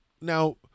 now